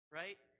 right